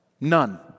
None